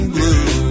blue